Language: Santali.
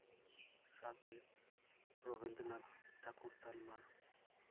ᱥᱟᱶᱛᱮ ᱨᱚᱵᱤᱱᱫᱨᱚᱱᱟᱛᱷᱟ ᱴᱷᱟᱹᱠᱩᱨ ᱛᱟᱞᱢᱟ